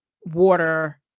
water